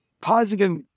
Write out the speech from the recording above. positive